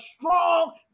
strong